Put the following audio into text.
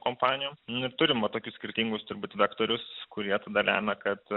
kompanijos neturima tokius skirtingus turbūt vektorius kurie tada lemia kad